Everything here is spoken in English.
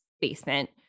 basement